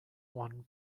one